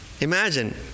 Imagine